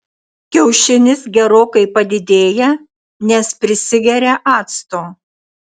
kiaušinis gerokai padidėja nes prisigeria acto